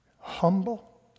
humble